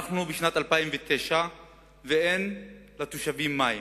אנחנו בשנת 2009 ואין לתושבים מים.